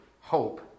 hope